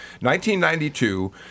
1992